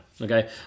okay